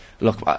look